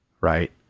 right